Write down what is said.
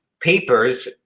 papers